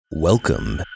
Welcome